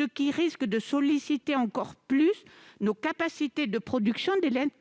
au risque de solliciter encore plus nos capacités de production d'électricité.